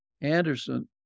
Anderson